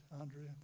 Andrea